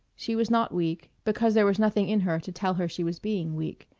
she was not weak, because there was nothing in her to tell her she was being weak.